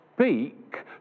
speak